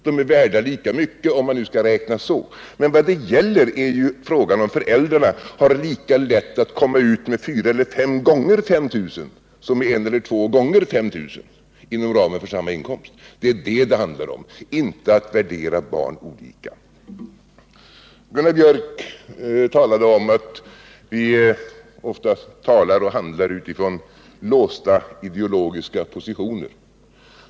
De är värda lika mycket, om man skall räkna så, men vad det gäller är frågan om föräldrarna har lika lätt att komma ut med fyra eller fem gånger 5 000 som en eller två gånger 5 000 inom ramen för samma inkomst. Det är 51 det som det handlar om — inte om att värdera barn olika. Gunnar Biörck i Värmdö talade om att vi ofta talar och handlar utifrån låsta ideologiska positioner.